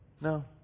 No